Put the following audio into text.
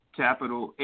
capital